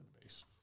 base